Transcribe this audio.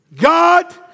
God